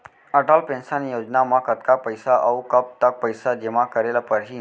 Atal pension योजना म कतका पइसा, अऊ कब तक पइसा जेमा करे ल परही?